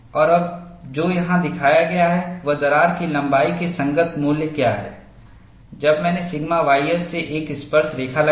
और अब जो यहां दिखाया गया है वह दरार की लंबाई के संगत मूल्य क्या हैं जब मैंने सिग्मा ys से एक स्पर्शरेखा लगाई